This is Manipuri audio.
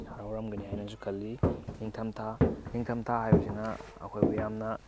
ꯍꯔꯥꯎꯔꯝꯒꯅꯤ ꯍꯥꯏꯅꯁꯨ ꯈꯜꯂꯤ ꯅꯤꯡꯊꯝ ꯊꯥ ꯅꯤꯡꯊꯝ ꯊꯥ ꯍꯥꯏꯕꯁꯤꯅ ꯑꯩꯈꯣꯏꯕꯨ ꯌꯥꯝꯅ